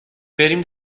بریم